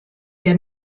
der